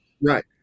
Right